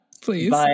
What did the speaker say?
please